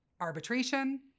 arbitration